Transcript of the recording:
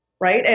right